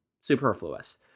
superfluous